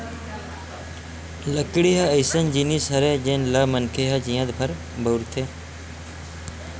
लकड़ी ह अइसन जिनिस हरय जेन ल मनखे ह जियत भर बउरथे